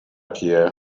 pierre